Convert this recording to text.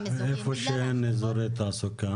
אזורים --- מה עם איפה שאין אזורי תעסוקה?